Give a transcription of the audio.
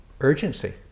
urgency